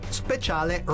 speciale